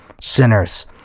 sinners